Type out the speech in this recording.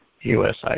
USI